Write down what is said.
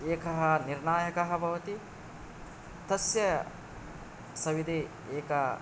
एकः निर्णायकः भवति तस्य सविधे एका